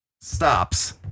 stops